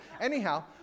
Anyhow